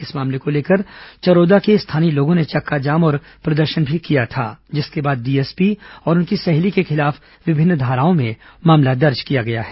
इस मामले को लेकर चरोदा के स्थानीय लोगों ने चक्काजाम और प्रदर्शन भी किया था जिसके बाद डीएसपी और उनकी सहेली के खिलाफ विभिन्न धाराओं में मामला दर्ज किया गया है